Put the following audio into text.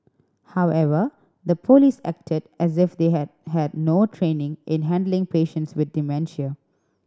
however the police acted as if they had had no training in handling patients with dementia